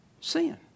sin